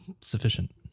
sufficient